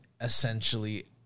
essentially –